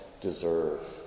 deserve